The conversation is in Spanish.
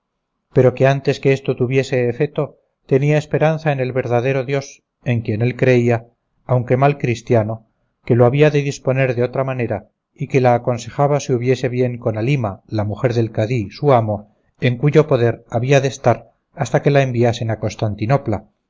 pero que antes que esto tuviese efeto tenía esperanza en el verdadero dios en quien él creía aunque mal cristiano que lo había de disponer de otra manera y que la aconsejaba se hubiese bien con halima la mujer del cadí su amo en cuyo poder había de estar hasta que la enviasen a